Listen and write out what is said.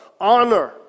honor